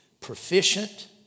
proficient